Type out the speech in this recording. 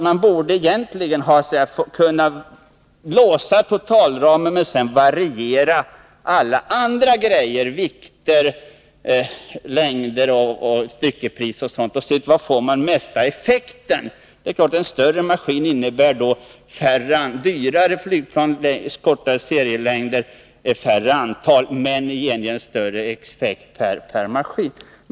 Man borde egentligen kunna låsa totalramen men variera allt annat, vikter, längder, styckepris osv., och se var man får störst effekt. Det är klart att en större maskin innebär ett dyrare flygplan, kortare serielängder och färre antal plan men i gengäld större effekt per maskin.